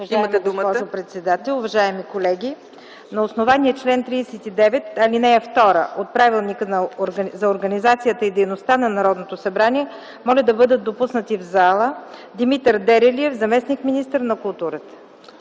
уважаеми колеги! На основание чл. 39, ал. 2 от Правилника за организацията и дейността на Народното събрание, моля да бъде допуснат в пленарната зала Димитър Дерелиев – заместник-министър на културата.